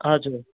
हजुर